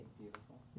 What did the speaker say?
beautiful